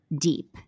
deep